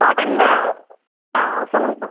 காட்டனில் ஆ சொல்லுங்கள் சொல்லுங்கள்